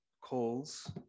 calls